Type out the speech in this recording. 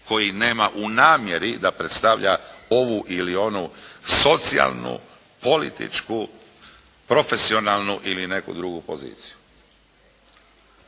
koji nema u namjeri da predstavlja ovu ili onu socijalnu, političku, profesionalnu ili neku drugu poziciju.